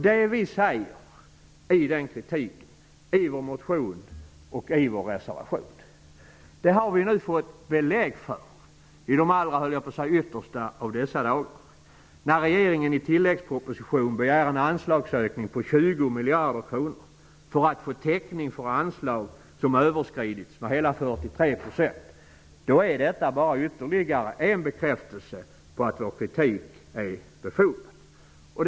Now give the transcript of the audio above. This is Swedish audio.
Det vi säger i vår kritik, i vår motion och i vår reservation har vi nu fått belägg för -- i dessa yttersta dagar, skulle jag vilja säga -- när regeringen i tilläggsproposition begär en anslagsökning på 20 miljarder kronor för att få täckning för anslag som har överskridits med hela 43 %. Detta är bara ytterligare en bekräftelse på att vår kritik är befogad.